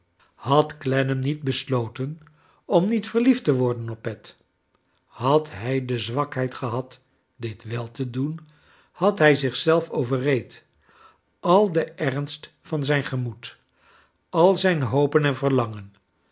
had clennam niet besloten omniet verliefd te worden op pet had hij de zwakheid gehad dit wel te cloen had hij zich zelf overreed al den ernst van zijn gemoed al zijn hopen en verlangen